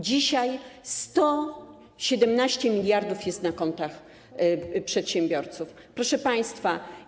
Dzisiaj 119 mld zł jest na kontach przedsiębiorców, proszę państwa.